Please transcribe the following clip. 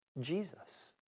Jesus